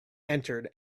entered